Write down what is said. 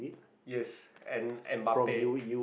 yes and and Mbappe